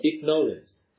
ignorance